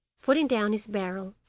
putting down his barrel,